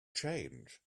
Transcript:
change